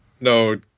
no